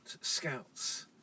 scouts